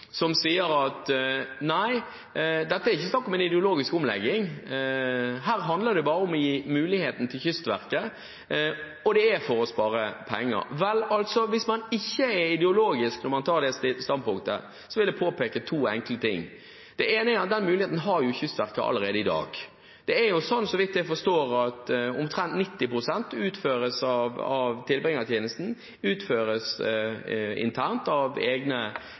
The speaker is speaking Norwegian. som sier at det ikke er snakk om noen ideologisk omlegging, men at det bare handler om å gi muligheten til Kystverket, og at det er for å spare penger. Vel, hvis man ikke er ideologisk når man tar det standpunktet, så vil jeg påpeke to enkle ting: Det ene er at den muligheten har jo Kystverket allerede i dag. Så vidt jeg forstår, er det jo slik at omtrent 90 pst. utføres av tilbringertjenesten, at det utføres internt av egne